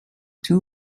two